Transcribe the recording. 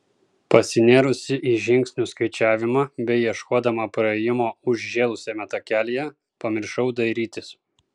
pasinėrusi į žingsnių skaičiavimą bei ieškodama praėjimo užžėlusiame takelyje pamiršau dairytis